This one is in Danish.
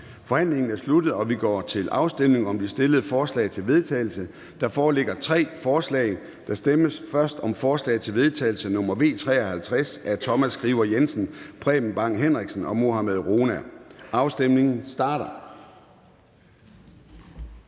Forhandlingen er sluttet, og vi går til afstemning om de fremsatte forslag til vedtagelse. Der foreligger tre forslag. Der stemmes først om forslag til vedtagelse nr. V 53 af Thomas Skriver Jensen (S), Preben Bang Henriksen (V) og Mohammad Rona (M). Afstemningen starter.